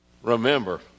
Remember